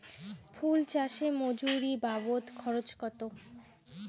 ফুল চাষে মজুরি বাবদ খরচ কত?